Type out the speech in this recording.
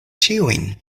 ĉiujn